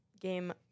game